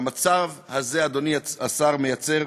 והמצב הזה, אדוני השר, מייצר